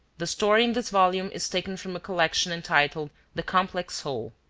the story in this volume is taken from a collection entitled the complex soul.